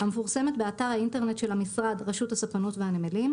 ומפורסמת באתר האינטרנט של משרד התחבורה - רשות הספנות והנמלים,